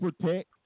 protect